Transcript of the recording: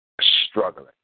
struggling